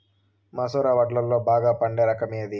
మసూర వడ్లులో బాగా పండే రకం ఏది?